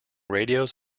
radios